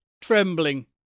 trembling